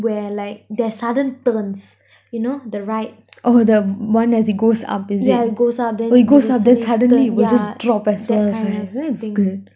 where like there's sudden turns